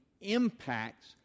impacts